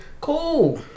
Cool